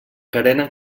carena